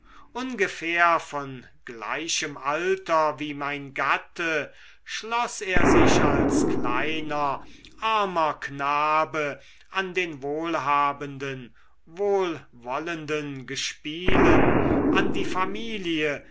ungefähr von gleichem alter wie mein gatte schloß er sich als kleiner armer knabe an den wohlhabenden wohlwollenden gespielen an die familie